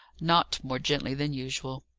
not more gently than usual.